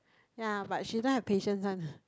yea but she doesn't have patience one lah